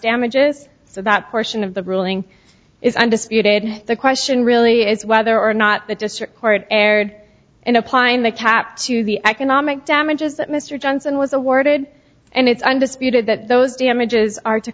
damages so that portion of the ruling is undisputed the question really is whether or not the district court erred in applying the cap to the economic damages that mr johnson was awarded and it's undisputed that those damages are to